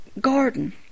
garden